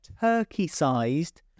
turkey-sized